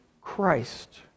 Christ